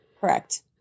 Correct